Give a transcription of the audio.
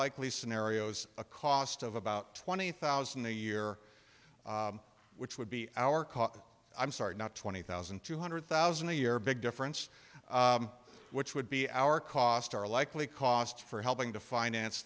likely scenarios a cost of about twenty thousand a year which would be our cost i'm sorry not twenty thousand two hundred thousand a year big difference which would be our cost are likely cost for helping to finance